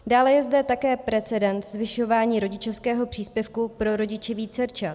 Dále je zde také precedens zvyšování rodičovského příspěvku pro rodiče vícerčat.